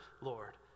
Lord